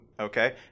Okay